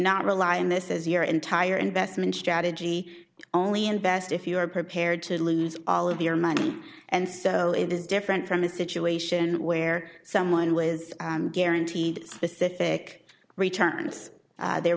not rely on this as your entire investment strategy only invest if you are prepared to lose all of your money and so it is different from a situation where someone was guaranteed specific returns there